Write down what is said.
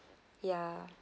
ya